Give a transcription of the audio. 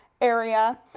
area